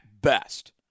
best